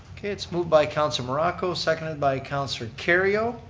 okay, it's moved by councilor morocco, seconded by councilor kerrio,